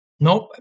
Nope